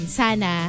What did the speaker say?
sana